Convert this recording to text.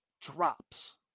drops